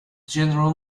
general